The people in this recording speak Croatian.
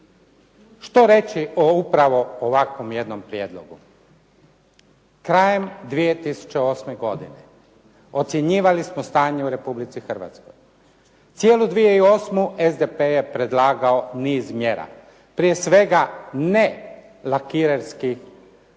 Što reći upravo o ovakvom jednom prijedlogu? Krajem 2008. godine ocjenjivali smo stanje u Republici Hrvatskoj. Cijelu 2008. SDP je predlagao niz mjera. Prije svega lakirerskih,